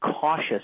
cautious